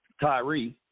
Tyree